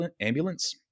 ambulance